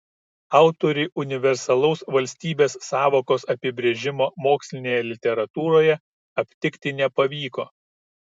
autoriui universalaus valstybės sąvokos apibrėžimo mokslinėje literatūroje aptikti nepavyko